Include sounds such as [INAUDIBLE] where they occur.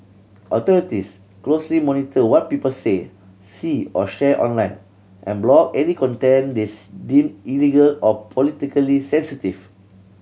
authorities closely monitor what people say see or share online and block any content they [UNINTELLIGIBLE] deem illegal or politically sensitive